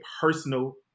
personal